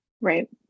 Right